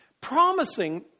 promising